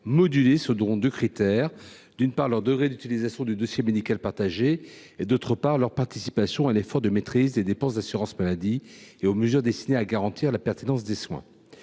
modulée selon deux critères, d’une part, leur degré d’utilisation du dossier médical partagé (DMP), d’autre part, leur participation à l’effort de maîtrise des dépenses d’assurance maladie et aux mesures destinées à garantir la pertinence des soins.